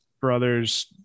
brothers